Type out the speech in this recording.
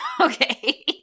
Okay